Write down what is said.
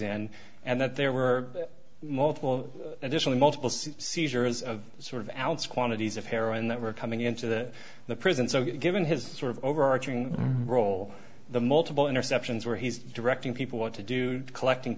and and that there were multiple additionally multiple see seizures of sort of outs quantities of heroin that were coming into the prison so given his sort of overarching role the multiple interceptions where he's directing people what to do collecting